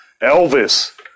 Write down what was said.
elvis